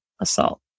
assault